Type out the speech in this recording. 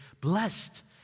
Blessed